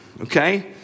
okay